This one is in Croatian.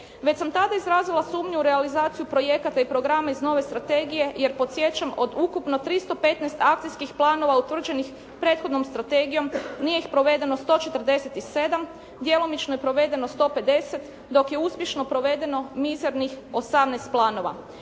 Već sam tada izrazila sumnju u realizaciju projekata i programa iz nove Strategije jer podsjećam od ukupno 315 akcijskih planova utvrđenih prethodnom strategijom nije ih provedeno 147. Djelomično je provedeno 150 dok je uspješno provedeno mizernih 18 planova.